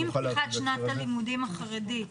עם פתיחת שנת הלימודים החרדית,